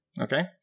okay